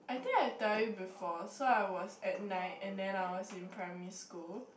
I think I tell you before so I was at night and then I was in primary school